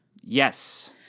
Yes